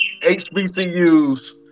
HBCUs